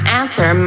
answer